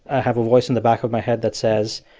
i have a voice in the back of my head that says,